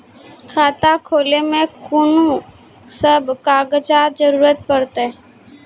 खाता खोलै मे कून सब कागजात जरूरत परतै?